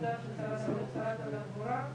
נלמד מטעויות של אחרים.